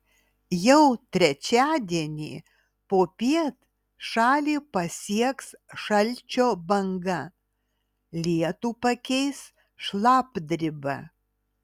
jau trečiadienį popiet šalį pasieks šalčio banga lietų pakeis šlapdriba